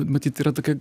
matyt yra tokia